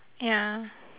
ya